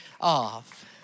Off